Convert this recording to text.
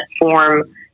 form